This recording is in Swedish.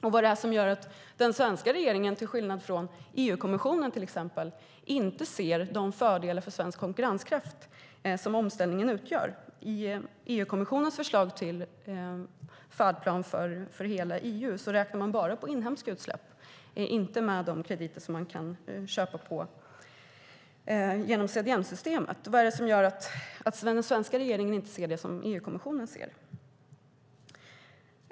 Vad är det som gör att den svenska regeringen, till skillnad från till exempel EU-kommissionen, inte ser de fördelar för svensk konkurrenskraft som omställningen utgör? I EU-kommissionens förslag till färdplan för hela EU räknar man bara på inhemska utsläpp. Man tar inte med de krediter som man kan köpa genom CDM-systemet. Vad är det som gör att den svenska regeringen inte ser det som EU-kommissionen ser?